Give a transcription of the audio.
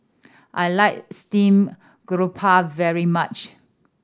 I like steamed garoupa very much